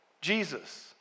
Jesus